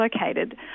located